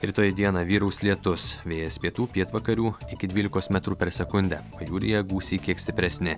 rytoj dieną vyraus lietus vėjas pietų pietvakarių iki dvylikos metrų per sekundę pajūryje gūsiai kiek stipresni